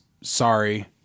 Sorry